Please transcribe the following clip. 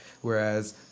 Whereas